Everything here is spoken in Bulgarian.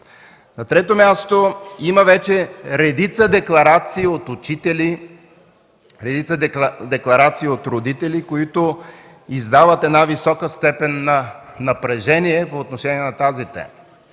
На трето място има редица декларации от учители, от родители, които издават една висока степен на напрежение по отношение на тази тема.